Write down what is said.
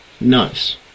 Nice